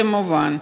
זה מובן.